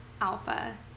alpha